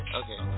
okay